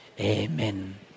Amen